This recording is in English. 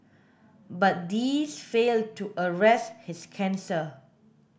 but these failed to arrest his cancer